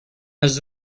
his